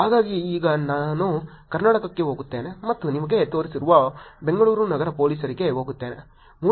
ಹಾಗಾಗಿ ಈಗ ನಾನು ಕರ್ನಾಟಕಕ್ಕೆ ಹೋಗುತ್ತೇನೆ ಮತ್ತು ನಿಮಗೆ ತೋರಿಸಲು ಬೆಂಗಳೂರು ನಗರ ಪೊಲೀಸರಿಗೆ ಹೋಗುತ್ತೇನೆ